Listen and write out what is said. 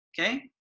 okay